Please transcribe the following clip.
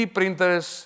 printers